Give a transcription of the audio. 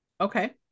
Okay